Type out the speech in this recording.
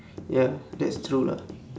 ya that's true lah